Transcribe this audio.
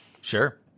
Sure